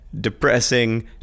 depressing